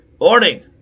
Morning